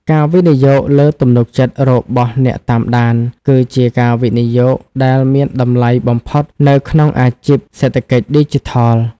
ការវិនិយោគលើទំនុកចិត្តរបស់អ្នកតាមដាន គឺជាការវិនិយោគដែលមានតម្លៃបំផុតនៅក្នុងអាជីពសេដ្ឋកិច្ចឌីជីថល។